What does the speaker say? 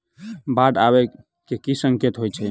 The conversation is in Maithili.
बाढ़ आबै केँ की संकेत होइ छै?